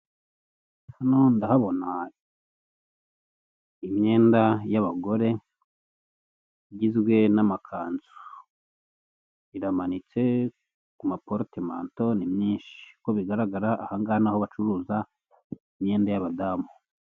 Hano ndahabona imyenda y'abagore igizwe n'amakanzu, iramanitse ku maporotemanto ni myinshi, uko bigaragara aha ngaha ni aho bacururiza imyenda y'abadamu.